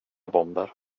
bomber